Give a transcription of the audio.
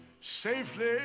safely